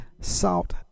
Salt